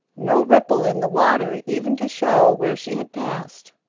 no ripple in the water even to show where she had passed.